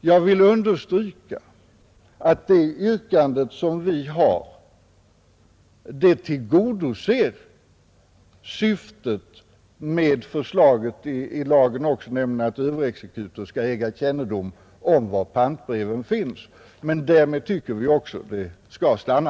Jag vill understryka att även det yrkande som vi framställt tillgodoser syftet med lagförslaget, nämligen att överexekutor skall äga kännedom om var pantbreven finns, men därmed tycker vi också att det skall stanna.